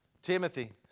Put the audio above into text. Timothy